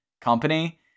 company